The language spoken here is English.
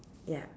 ya